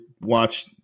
watch